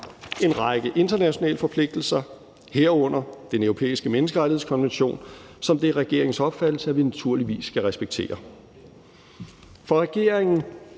en række internationale forpligtelser, herunder Den Europæiske Menneskerettighedskonvention, som det er regeringens opfattelse at vi naturligvis skal respektere. For regeringen